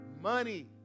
money